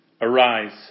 Arise